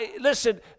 Listen